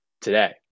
today